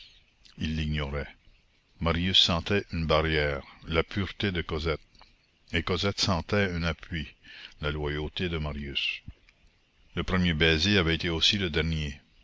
ils l'ignoraient marius sentait une barrière la pureté de cosette et cosette sentait un appui la loyauté de marius le premier baiser avait été aussi le dernier